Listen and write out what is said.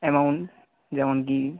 amount যেমন কী